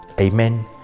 Amen